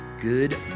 Good